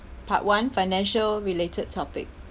part one financial related topic